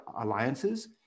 alliances